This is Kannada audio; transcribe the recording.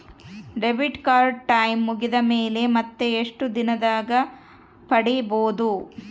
ಡೆಬಿಟ್ ಕಾರ್ಡ್ ಟೈಂ ಮುಗಿದ ಮೇಲೆ ಮತ್ತೆ ಎಷ್ಟು ದಿನದಾಗ ಪಡೇಬೋದು?